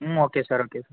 ம் okay sir okay sir